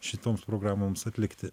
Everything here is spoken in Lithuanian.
šitoms programoms atlikti